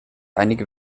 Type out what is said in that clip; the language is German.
einige